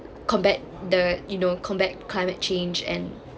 combat the you know combat climate change and